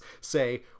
say